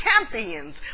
champions